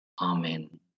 Amen